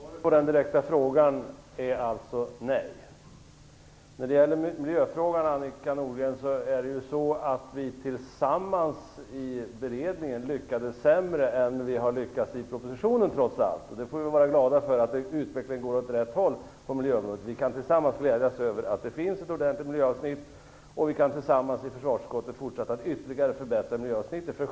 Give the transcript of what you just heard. Fru talman! Svaret på den direkta frågan är alltså nej. När det gäller miljöfrågan, Annika Nordgren, lyckades vi tillsammans i beredningen trots allt sämre än vi har lyckats i propositionen. Vi skall vara glada för att utvecklingen går åt rätt håll på miljöområdet. Vi kan tillsammans glädjas över att det finns ett ordentligt miljöavsnitt, och vi kan tillsammans i försvarsutskottet fortsätta att ytterligare förbättra miljöavsnittet.